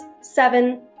seven